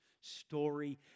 story